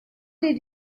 did